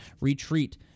retreat